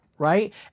Right